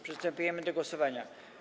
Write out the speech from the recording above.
Przystępujemy do głosowania.